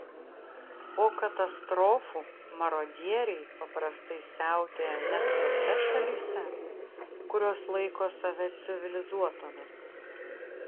po katastrofų marodieriai paprastai siautėja net tose šalyse kurios laiko save civilizuotomis